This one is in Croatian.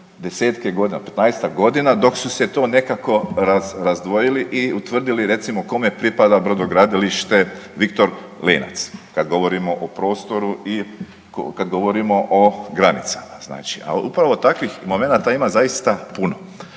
desetke godine, 15-tak godina, dok su se to nekako razdvojili i utvrdili recimo, kome pripada brodogradilište Viktor Lenac, kad govorimo o prostoru i kad govorimo o granicama, znači. A upravo takvih momenata ima zaista puno.